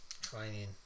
training